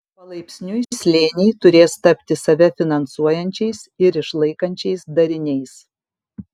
palaipsniui slėniai turės tapti save finansuojančiais ir išlaikančiais dariniais